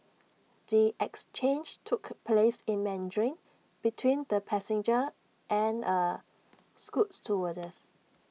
the exchange took place in Mandarin between the passenger and A scoot stewardess